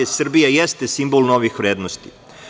Srbija jeste simbol novih vrednosti.